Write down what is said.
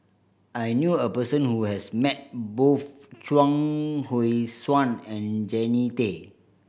I knew a person who has met both Chuang Hui Tsuan and Jannie Tay